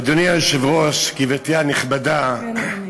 גברתי היושבת-ראש,